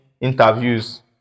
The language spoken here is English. interviews